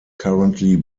currently